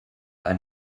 ein